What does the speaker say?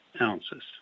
ounces